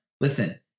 listen